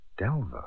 Delva